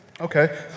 Okay